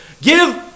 Give